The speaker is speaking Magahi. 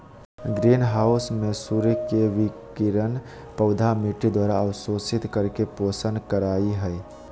ग्रीन हाउस में सूर्य के विकिरण पौधा मिट्टी द्वारा अवशोषित करके पोषण करई हई